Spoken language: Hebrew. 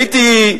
הייתי,